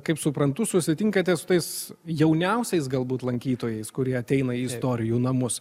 kaip suprantu susitinkate su tais jauniausiais galbūt lankytojais kurie ateina į istorijų namus